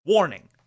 Warning